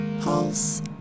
Pulse